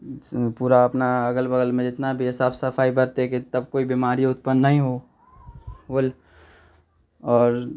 पूरा अपना अगल बगलमे जितना भी हइ साफ सफाइ बरतैके तब कोइ बीमारी उत्पन्न नहि भेल आओर